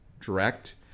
direct